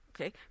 Okay